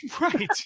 right